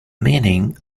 meaning